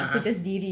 (uh huh) (uh huh)